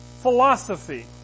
philosophy